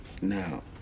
No